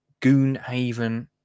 Goonhaven